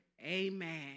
Amen